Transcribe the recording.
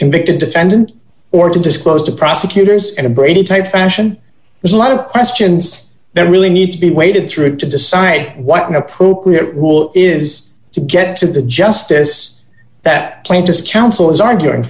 convicted defendant or to disclose to prosecutors and a brady type fashion there's a lot of questions that really need to be waded through to decide what an appropriate rule is to get to the justice that plaintiff's counsel is arguing